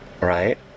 Right